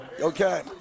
Okay